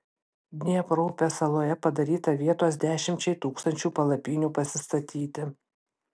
dniepro upės saloje padaryta vietos dešimčiai tūkstančių palapinių pasistatyti